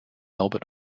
albert